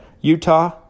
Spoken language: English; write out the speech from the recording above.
utah